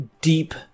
deep